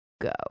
go